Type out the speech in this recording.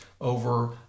over